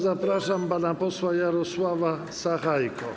Zapraszam pana posła Jarosława Sachajkę.